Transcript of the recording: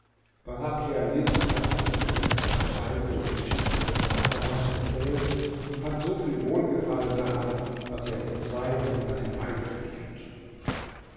barachja ließ sich dann von ihm seine ganze reise und die geschichte seiner wanderungen erzählen und fand so viel wohlgefallen daran daß er ihn zwei monate bei sich behielt